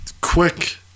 quick